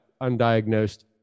undiagnosed